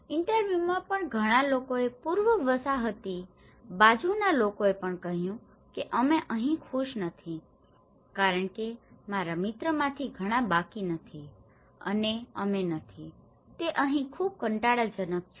ઇન્ટરવ્યુમાં ઘણા લોકોએ પૂર્વ વસાહતી બાજુના લોકોએ પણ કહ્યું કે અમે અહીં ખુશ નથી કારણ કે મારા મિત્રોમાંથી ઘણા બાકી નથી અને અમે નથી તે અહીં ખૂબ કંટાળાજનક છે